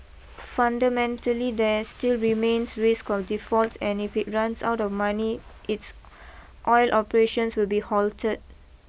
fundamentally there still remains risk of defaults and if it runs out of money its oil operations will be halted